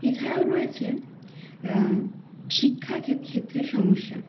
এছাড়াও রয়েছে শিক্ষা ক্ষেত্রে সমস্যা